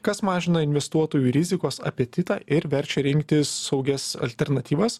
kas mažina investuotojų rizikos apetitą ir verčia rinktis saugias alternatyvas